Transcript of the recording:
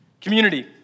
Community